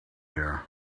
there